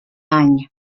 any